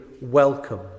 welcome